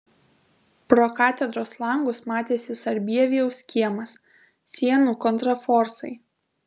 pro katedros langus matėsi sarbievijaus kiemas sienų kontraforsai